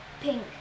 pink